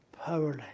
powerless